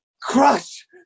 crush